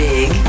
Big